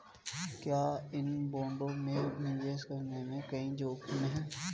क्या इन बॉन्डों में निवेश करने में कोई जोखिम है?